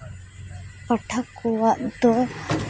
ᱯᱟᱴᱷᱚᱠ ᱠᱚᱣᱟᱜ ᱫᱚ